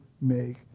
make